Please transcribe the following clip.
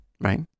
Right